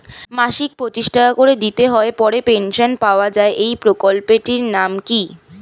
মাসিক পঁচিশ টাকা করে দিতে হয় পরে পেনশন পাওয়া যায় এই প্রকল্পে টির নাম কি?